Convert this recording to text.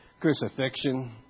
crucifixion